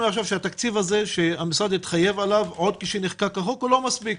עכשיו שהתקציב הזה שהמשרד התחייב עליו עוד כשנחקק החוק הוא לא מספיק